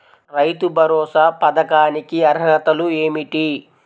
రైతు భరోసా పథకానికి అర్హతలు ఏమిటీ?